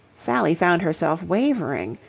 sally found herself wavering.